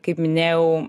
kaip minėjau